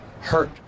hurt